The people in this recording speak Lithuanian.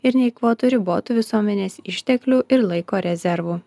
ir neeikvotų ribotų visuomenės išteklių ir laiko rezervų